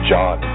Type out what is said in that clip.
John